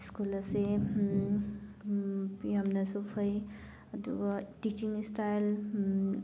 school ꯑꯁꯤ ꯌꯥꯝꯅꯁꯨ ꯐꯩ ꯑꯗꯨꯒ ꯇꯤꯆꯤꯡ ꯏꯁꯇꯥꯏꯜ